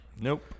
Nope